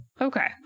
Okay